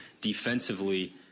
defensively